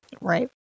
Right